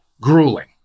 grueling